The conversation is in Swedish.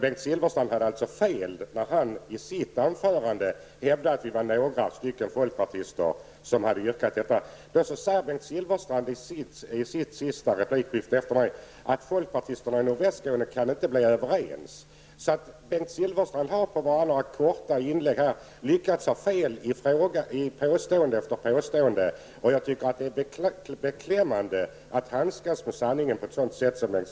Bengt Silfverstrand hade alltså fel när han i sitt anförande hävdade att det fanns några folkpartister som hade yrkat detta. Bengt Silfverstrand säger i sitt sista replikskifte att folkpartisterna i nordvästra Skåne inte kan bli överens. Bengt Silfverstrand har på bara några korta inlägg lyckats ha fel i påstående efter påstående. Det är beklämmande att Bengt Silfverstrand handskas med sanningen på detta sätt.